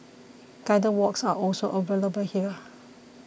guided walks are also available here